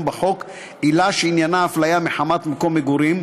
בחוק עילה שעניינה הפליה מחמת מקום מגורים,